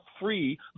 free